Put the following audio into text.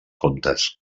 comtes